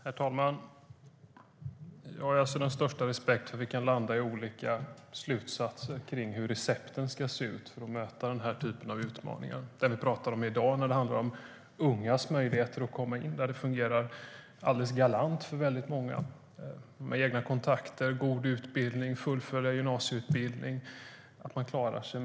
Herr talman! Jag har den största respekt för att vi kan landa i olika slutsatser av hur recepten ska se ut för att möta denna typ av utmaningar. I dag talar vi om ungas möjligheter att komma in på arbetsmarknaden. Det fungerar alldeles galant för väldigt många med egna kontakter, god utbildning och fullföljd gymnasieutbildning. De klarar sig.